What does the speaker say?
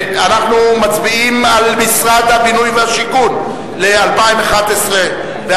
אנחנו מצביעים על משרד הבינוי והשיכון ל-2011 2012,